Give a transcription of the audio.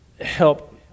help